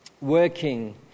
working